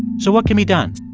so what can be done?